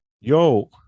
yo